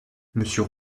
monsieur